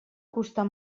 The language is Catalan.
costar